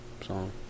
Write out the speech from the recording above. song